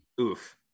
oof